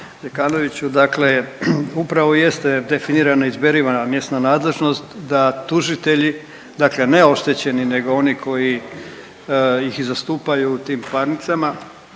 Dakle, upravo jeste definirana, izberivana mjesna nadležnost da tužitelji, dakle ne oštećeni, nego oni koji ih zastupaju u tim parnicama,